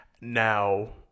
Now –